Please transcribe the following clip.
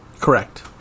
Correct